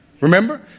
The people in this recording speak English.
Remember